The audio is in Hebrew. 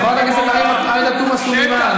חברת הכנסת עאידה תומא סלימאן,